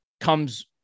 comes